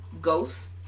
ghosts